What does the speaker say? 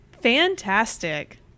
Fantastic